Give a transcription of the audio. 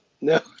no